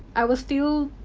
i was still.